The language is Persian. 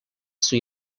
سوی